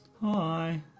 Hi